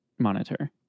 monitor